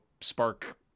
spark